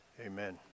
Amen